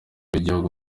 w’igihugu